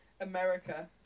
America